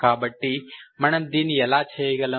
కాబట్టి మనము దీన్ని ఎలా చేయగలము